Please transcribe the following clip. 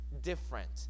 different